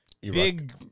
Big